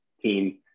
team